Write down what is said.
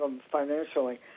financially